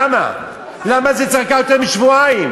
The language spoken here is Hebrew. למה זה צריך לקחת יותר משבועיים?